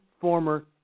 former